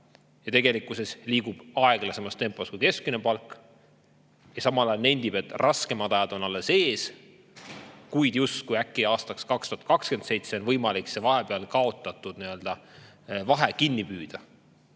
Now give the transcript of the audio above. aga tegelikkuses liigub see aeglasemas tempos kui keskmine palk. Samal ajal [valitsus] nendib, et raskemad ajad on alles ees, kuid justkui äkki aastaks 2027 on võimalik see vahepeal kaotatud vahe kinni püüda.